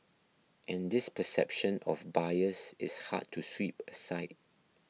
and this perception of bias is hard to sweep aside